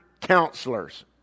counselors